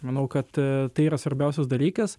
manau kad tai yra svarbiausias dalykas